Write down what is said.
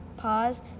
Pause